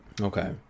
Okay